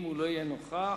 אם לא יהיה נוכח,